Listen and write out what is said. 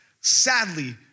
sadly